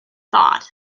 thought